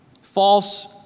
false